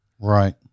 Right